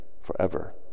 forever